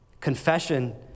Confession